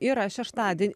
yra šeštadi